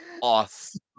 awesome